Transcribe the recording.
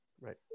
Right